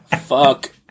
Fuck